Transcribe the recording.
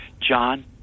John